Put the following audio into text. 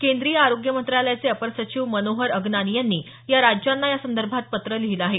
केंद्रीय आरोग्य मंत्रालयाचे अपर सचिव मनोहर अगनानी यांनी या राज्यांना यासंदर्भात पत्र लिहिलं आहे